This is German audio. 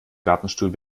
gartenstuhl